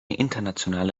internationale